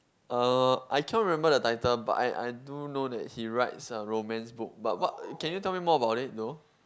uh I can't remember the title but I I do know that he write some romance book but what can you tell me more about it though